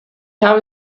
habe